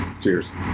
cheers